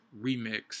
Remix